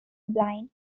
blind